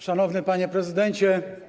Szanowny Panie Prezydencie!